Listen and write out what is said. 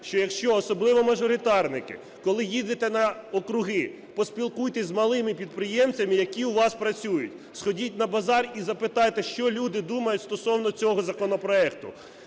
що якщо, особливо мажоритарники, коли їдете на округи, поспілкуйтесь з малими підприємцями, які у вас працюють, сходіть на базар і запитайте, що люди думають стосовно цього законопроекту.